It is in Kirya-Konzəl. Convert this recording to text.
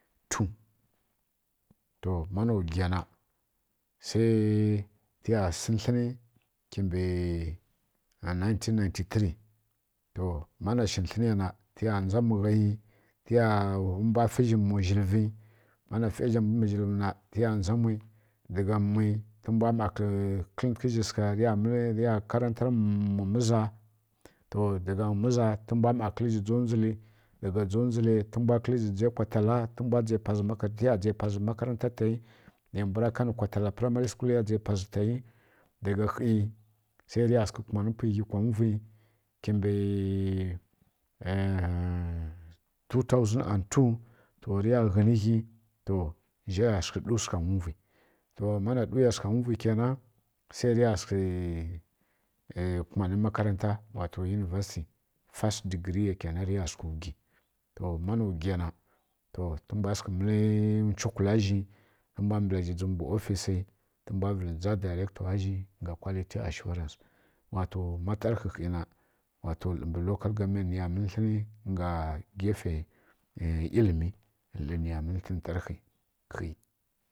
To ma na gyana nineteen ninty three na tǝ swa tlǝ ma shǝ tlǝn ya tǝ mbwa fa mu ghyi tǝ mbwa fa mu zǝlǝvǝ tǝ ya nja mu daga ma na kǝl za mbwa tǝ ya swa karatar mu miza to daga mu miza tǝ mbwa tlǝ nja kǝla kongǝl daga nja jamilɨ tǝ mbwa tlǝ zǝ nji yǝ kwa tala tǝ ya ji pazǝ makarata ta ya na mwbwa ka nǝ kwa tala primary schooldaga hyi tǝ swangǝ kumanǝ pi ghyi kwa mubi kimɓǝ aah two thousand and two tǝ ya ghǝnǝ ghyi za ri swa duw swagha mubi na duw ya swagha ki na ta ya swaghǝ kuni makarata univesty wa to first degree ya kǝnan ta ya swaghǝ ma na gyi na tǝ swaghǝ tsǝkǝla za tǝ mbwa bakǝ za jim mbǝ office tǝ vǝl nja director zǝ ga quality assure wa to lǝ mɓǝ local government nǝ ya mǝl tlǝn kagha gifi ilimi mbǝ ya mǝl tlǝn tlǝghǝ gha